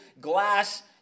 glass